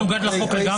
מנוגד לחוק לגמרי.